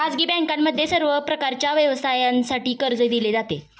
खाजगी बँकांमध्येही सर्व प्रकारच्या व्यवसायासाठी कर्ज दिले जाते